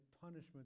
punishment